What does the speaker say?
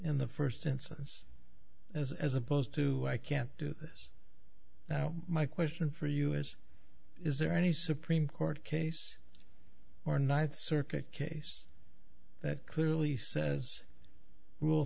in the first instance as as opposed to i can't do this now my question for you is is there any supreme court case or knight circuit case that clearly says rule